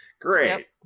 great